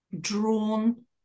drawn